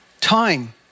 time